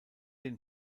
den